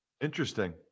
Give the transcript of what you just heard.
Interesting